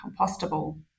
compostable